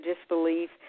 disbelief